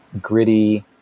gritty